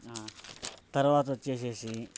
తర్వాత వచ్చి